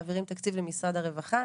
מעבירים תקציב למשרד הרווחה,